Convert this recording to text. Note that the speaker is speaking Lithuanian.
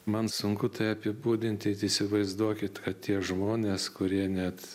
man sunku tai apibūdinti įsivaizduokit kad tie žmonės kurie net